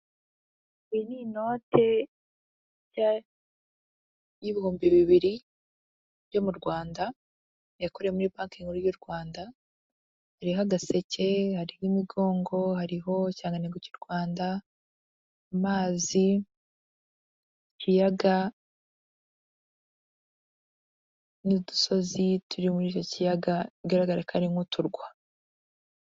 Iyi ni note y'ibihumbi bibiri byo mu Rwanda, yakoreye muri banke nkuru y'u Rwanda, hariho agaseke hariho, umigongo, hariho ikirangantego cy'u Rwanda amazi, ibiyaga n'udusozi turi mur'icyo kiyaga, bigaragara ko ari nk'uturwa.